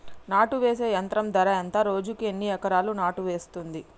నాటు వేసే యంత్రం ధర ఎంత రోజుకి ఎన్ని ఎకరాలు నాటు వేస్తుంది?